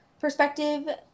perspective